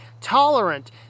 tolerant